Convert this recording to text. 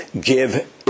give